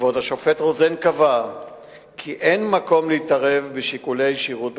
כבוד השופט רוזן קבע כי אין מקום להתערב בשיקולי שירות בתי-הסוהר.